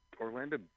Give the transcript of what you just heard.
Orlando